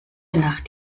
nacht